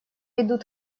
идут